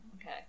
okay